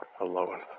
alone